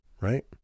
right